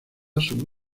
sobre